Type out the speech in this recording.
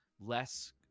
less